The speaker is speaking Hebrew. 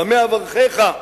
במה אברכך?